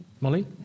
Molly